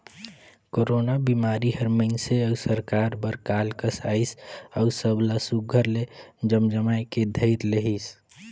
corona बिमारी हर मइनसे अउ सरकार बर काल कस अइस अउ सब ला सुग्घर ले जमजमाए के धइर लेहिस